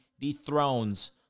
dethrones